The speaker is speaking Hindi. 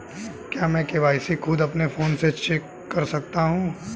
क्या मैं के.वाई.सी खुद अपने फोन से कर सकता हूँ?